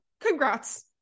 congrats